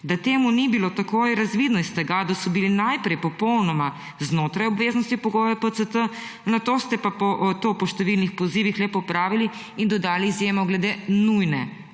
Da temu ni bilo tako, je razvidno iz tega, da so bili najprej popolnoma znotraj obveznosti pogoja PCT, nato ste pa to po številnih pozivih le popravili in dodali izjemo glede nujne